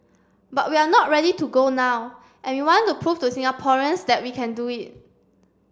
but we are not ready to go now and we want to prove to Singaporeans that we can do it